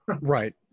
Right